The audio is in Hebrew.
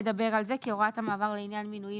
הוראות מעבר לעניין מינויים